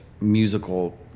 musical